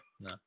No